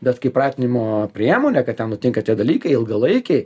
bet kaip pratinimo priemonė kad ten nutinka tie dalykai ilgalaikiai